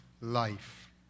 Life